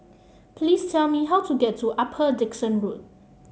please tell me how to get to Upper Dickson Road